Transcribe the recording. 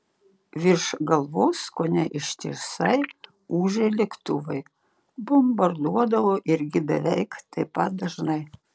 virš galvos kone ištisai ūžė lėktuvai bombarduodavo irgi beveik taip pat dažnai